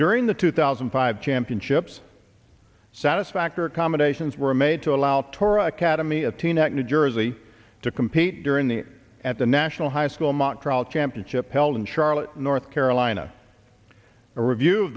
during the two thousand and five championships satisfactory accommodations were made to allow tor academy of teaneck new jersey to compete during the at the national high school mock trial championship held in charlotte north carolina a review